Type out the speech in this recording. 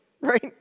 right